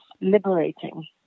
Liberating